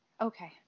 Okay